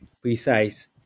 precise